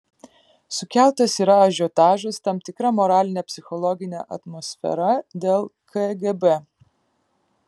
sukeltas yra ažiotažas tam tikra moralinė psichologinė atmosfera dėl kgb